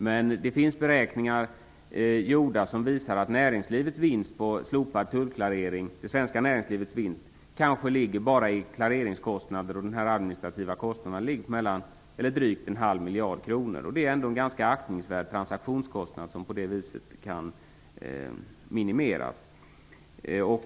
Men det finns beräkningar gjorda som visar att det svenska näringslivets vinst på slopad tullklarering bara i klareringskostnader och administrativa kostnader ligger på drygt en halv miljard kronor. Det är ändå en ganska aktningsvärd transaktionskostnad som på det viset kan minimeras.